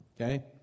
Okay